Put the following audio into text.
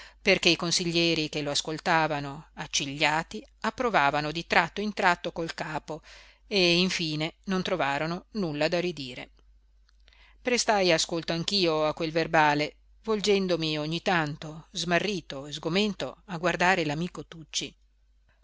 perché i consiglieri che lo ascoltavano accigliati approvavano di tratto in tratto col capo e infine non trovarono nulla da ridire prestai ascolto anch'io a quel verbale volgendomi ogni tanto smarrito e sgomento a guardare l'amico tucci